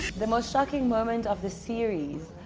the most shocking moment of the series.